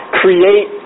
create